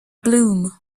bloom